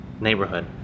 neighborhood